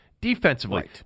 defensively